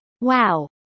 wow